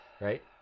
Right